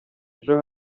ejo